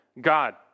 God